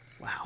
Wow